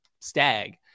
stag